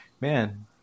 man